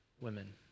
women